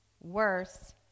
Worse